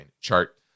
chart